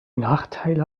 nachteile